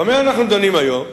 כי במה דנים היום?